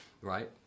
right